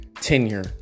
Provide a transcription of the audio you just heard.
tenure